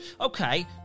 Okay